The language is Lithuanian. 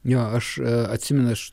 jo aš atsimenu aš